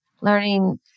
learning